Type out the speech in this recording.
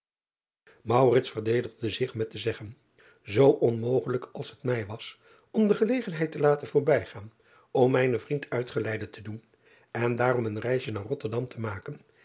verdedigde zich met te zeggen zoo onmogelijk als het mij was om de gelegenheid te laten voorbijgaan om mijnen vriend uitgeleide te doen en daarom een reisje naar otterdam te maken